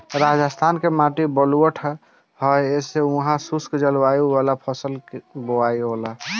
राजस्थान के माटी बलुअठ ह ऐसे उहा शुष्क जलवायु वाला फसल के बोआला